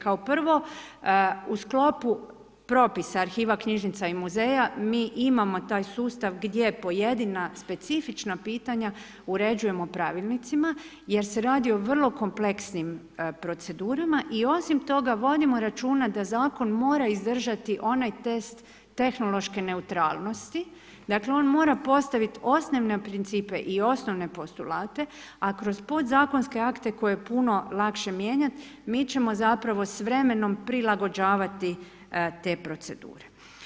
Kao prvo, u sklopu propisa arhiva, knjižnica i muzeja mi imamo taj sustav gdje pojedina specifična pitanja uređujemo pravilnicima jer se radi o vrlo kompleksnim procedurama i osim toga vodimo računa da Zakon mora izdržati onaj test tehnološke neutralnosti, dakle on mora postaviti osnovne principe i osnovne postulate, a kroz podzakonske akte koje je puno lakše mijenjat mi ćemo zapravo s vremenom prilagođavati te procedure.